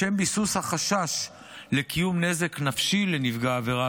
לשם ביסוס החשש לקיום נזק נפשי לנפגע העבירה,